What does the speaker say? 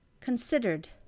considered